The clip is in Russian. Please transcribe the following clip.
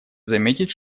заметить